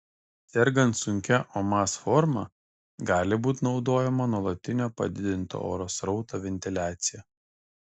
sergant sunkia omas forma gali būti naudojama nuolatinio padidinto oro srauto ventiliacija